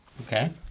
Okay